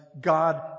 God